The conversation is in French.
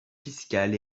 fiscal